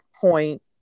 point